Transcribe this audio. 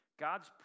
God's